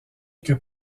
que